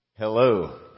Hello